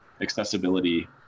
accessibility